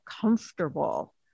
comfortable